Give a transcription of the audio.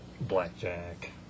Blackjack